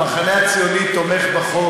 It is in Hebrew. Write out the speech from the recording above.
המחנה הציוני תומך בחוק.